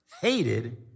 hated